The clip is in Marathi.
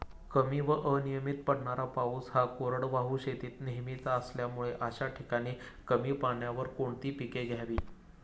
कमी व अनियमित पडणारा पाऊस हा कोरडवाहू शेतीत नेहमीचा असल्यामुळे अशा ठिकाणी कमी पाण्यावर कोणती पिके घ्यावी?